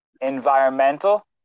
environmental